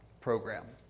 program